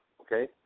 okay